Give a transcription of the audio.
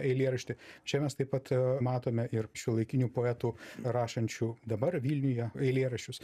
eilėraštį čia mes taip pat matome ir šiuolaikinių poetų rašančių dabar vilniuje eilėraščius